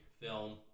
film